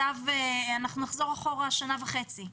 אנחנו נחזור אחורה שנה וחצי.